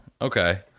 Okay